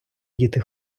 діти